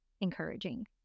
encouraging